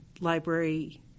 library